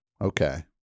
Okay